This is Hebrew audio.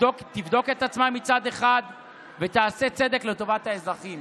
תבדוק את עצמה מצד אחד ותעשה צדק לטובת האזרחים.